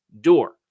door